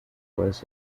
puedes